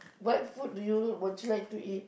what food do you would you like to eat